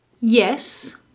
Yes